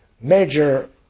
major